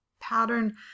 pattern